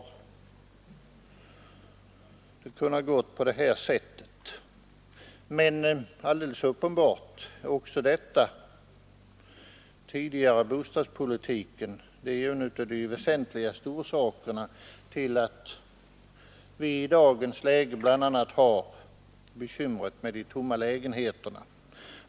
Men det är alldeles uppenbart att den tidigare förda bostadspolitiken är en av de väsentligaste orsakerna till att vi i dagens läge bl.a. har bekymret med de tomma lägenheterna.